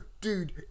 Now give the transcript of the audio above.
dude